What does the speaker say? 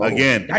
Again